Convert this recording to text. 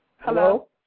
Hello